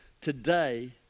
today